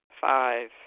Five